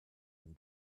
and